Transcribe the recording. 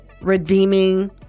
redeeming